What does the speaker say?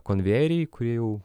konvejeriai kurie jau